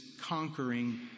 conquering